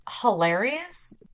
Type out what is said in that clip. hilarious